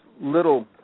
little